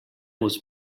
was